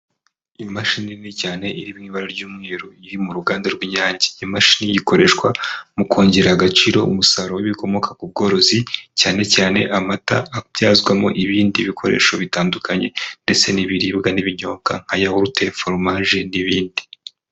Imashini nini cyane iri mu ibara ry'umweru, iri mu ruganda rw'Inyange, imashini ikoreshwa, mu kongerera agaciro umusaruro w'ibikomoka ku bworozi, cyane cyane amata abyazwamo ibindi bikoresho bitandukanye ndetse n'ibiribwa n'ibinyobwa nkaya holte foromaje n'ibindi.